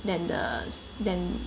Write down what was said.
than the than